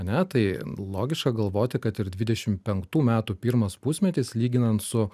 ane tai logiška galvoti kad ir dvidešim penktų metų pirmas pusmetis lyginant su